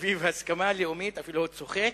סביב הסכמה לאומית, הוא אפילו צוחק,